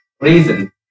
reason